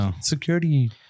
Security